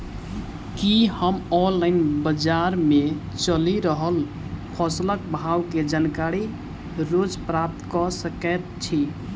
की हम ऑनलाइन, बजार मे चलि रहल फसलक भाव केँ जानकारी रोज प्राप्त कऽ सकैत छी?